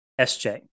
SJ